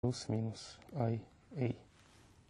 פלוס מינוס Ia.